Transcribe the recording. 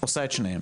עושה את שניהם,